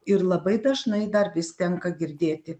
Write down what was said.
ir labai dažnai dar vis tenka girdėti